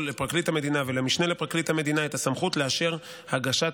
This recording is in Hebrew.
לפרקליט המדינה ולמשנה לפרקליט המדינה את הסמכות לאשר הגשת